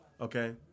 okay